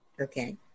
Okay